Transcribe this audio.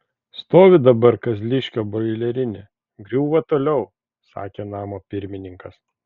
stovi dabar kazliškio boilerinė griūva toliau sakė namo pirmininkas